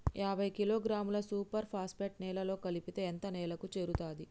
యాభై కిలోగ్రాముల super phosphate నేలలో కలిపితే ఎంత నేలకు చేరుతది?